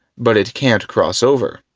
but it can't cross over.